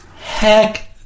Heck